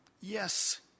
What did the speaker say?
Yes